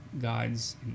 God's